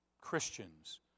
Christians